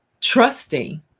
trusting